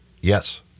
Yes